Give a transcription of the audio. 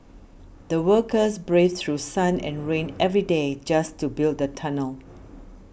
the workers braved through sun and rain every day just to build the tunnel